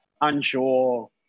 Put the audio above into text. unsure